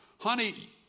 Honey